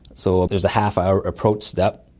so there is a half-hour approach step,